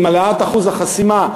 עם העלאת אחוז החסימה,